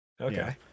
okay